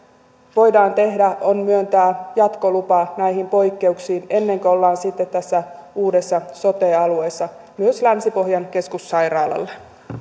voidaan tehdä on myöntää jatkolupa näihin poikkeuksiin ennen kuin ollaan sitten tässä uudessa sote alueessa myös länsi pohjan keskussairaalalle